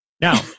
Now